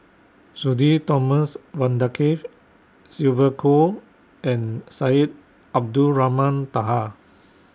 Sudhir Thomas Vadaketh Sylvia Kho and Syed Abdulrahman Taha